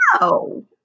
No